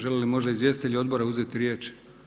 Žele li možda izvjestitelji odbora uzeti riječ?